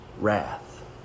wrath